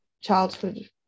childhood